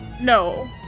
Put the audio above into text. No